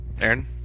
Aaron